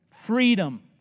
Freedom